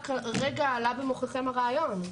כאילו רק כרגע עלה במוחכם הרעיון.